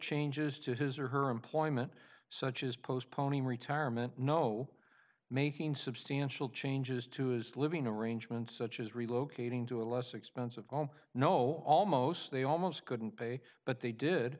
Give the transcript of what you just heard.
changes to his or her employment such as postponing retirement no making substantial changes to his living arrangements such as relocating to a less expensive all know almost they almost couldn't pay but they did